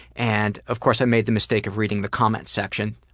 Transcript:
and of course, i made the mistake of reading the comment section.